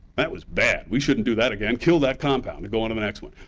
that was bad. we shouldn't do that again. kill that compound and go on to the next one.